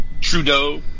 Trudeau